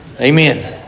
Amen